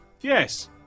Yes